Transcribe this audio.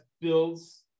builds